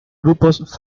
grupos